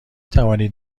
توانید